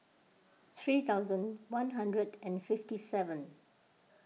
three thousand one hundred and fifty seven